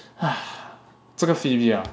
这个 Phoebe ah